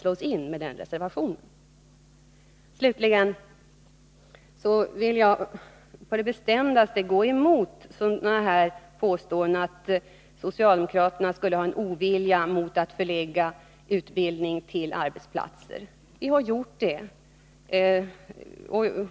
Slutligen vill jag på det bestämdaste motsätta mig påståendena om att socialdemokraterna skulle ha en ovilja mot att förlägga utbildning till arbetsplatser. Vi har medverkat till detta.